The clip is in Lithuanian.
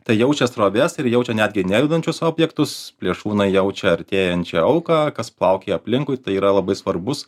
tai jaučia sroves ir jaučia netgi nejudančius objektus plėšrūnai jaučia artėjančią auką kas plaukioja aplinkui tai yra labai svarbus